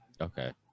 Okay